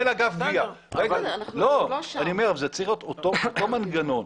אותו מנגנון.